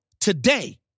today